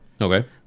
Okay